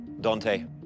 Dante